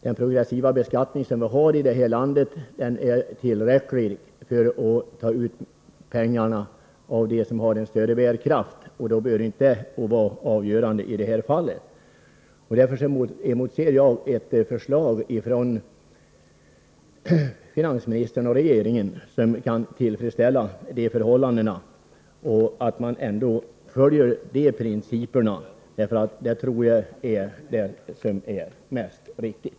Den progressiva skatten i det här landet är, enligt min mening, tillräckligt stor för att man skall kunna ta ut pengarna av de personer som har större ekonomisk bärkraft. Därför emotser jag ifrån finansministern ett förslag som är tillfredsställande från de här synpunkterna. Jag tror att det är riktigast att följa de principer som jag nu har nämnt.